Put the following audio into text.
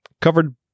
covered